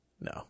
No